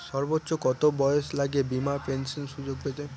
সর্বোচ্চ কত বয়স লাগে বীমার পেনশন সুযোগ পেতে?